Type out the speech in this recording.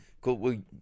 Cool